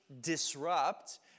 disrupt